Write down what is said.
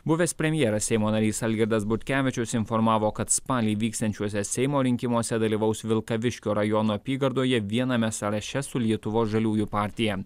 buvęs premjeras seimo narys algirdas butkevičius informavo kad spalį vyksiančiuose seimo rinkimuose dalyvaus vilkaviškio rajono apygardoje viename sąraše su lietuvos žaliųjų partija